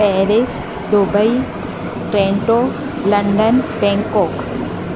Paris Dubai Toronto London Bangkok